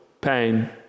pain